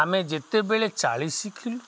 ଆମେ ଯେତେବେଳେ ଚାଲି ଶିଖିଲୁ